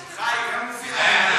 חיים,